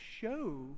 show